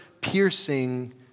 piercing